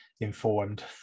informed